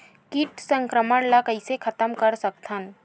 कीट संक्रमण ला कइसे खतम कर सकथन?